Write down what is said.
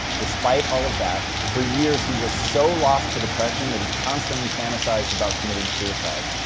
despite all of that, for years he was so lost to depression, that he constantly fantasized about committing suicide.